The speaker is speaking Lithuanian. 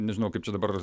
nežinau kaip čia dabar